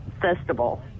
festival